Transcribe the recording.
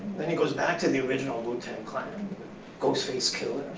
then he goes back to the original wu tang clan with ghostface killah,